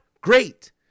great